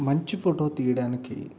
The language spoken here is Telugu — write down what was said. మంచి ఫోటో తీయడానికి